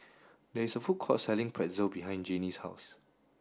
there is a food court selling Pretzel behind Janie's house